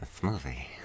smoothie